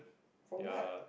for what